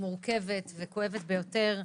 מורכבת וכואבת ביותר,